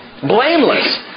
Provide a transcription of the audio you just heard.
Blameless